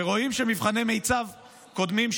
ורואים שמבחני מיצ"ב קודמים,